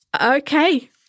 Okay